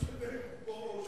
מה זה משנה אם פה או שם?